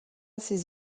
ses